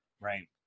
Right